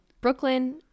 Brooklyn